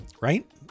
right